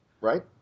right